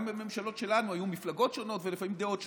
גם בממשלות שלנו היו מפלגות שונות ולפעמים דעות שונות,